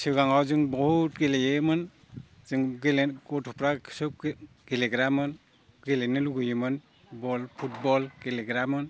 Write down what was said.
सिगांआव जों बहुद गेलेयोमोन जों गथ'फ्रा सोब गेलेग्रामोन गेलेनो लुबैयोमोन बल फुटबल गेलेग्रामोन